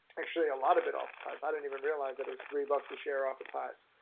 actually, a lot of bit off it's highs, i didn't even realize that it was three bucks a share off its highs,